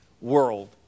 world